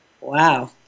Wow